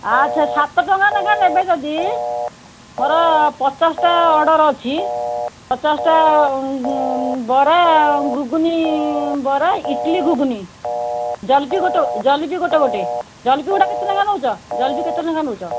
ଆଚ୍ଛା ସାତ ଟଙ୍କା ନେଖା ନେବେ ଯଦି ମୋର ପଚାଶଟା ଅର୍ଡ଼ର୍ ଅଛି ପଚାଶଟା ବରା ଘୁଗୁନି ବରା ଇଟିଲି ଘୁଗୁନି ଜଲପି ଗୋଟେ ଜଲପି ଗୋଟେ ଗୋଟେ ଜଲପି ଗୁଡ଼ା କେତେ ଲେଖା ନେଉଛ ଜଲପି କେତେ ଲେଖା ନେଉଛ